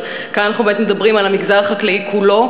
אז כאן אנחנו בעצם מדברים על המגזר החקלאי כולו,